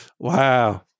Wow